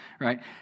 right